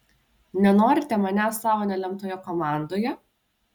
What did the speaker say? nenorite manęs savo nelemtoje komandoje